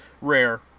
rare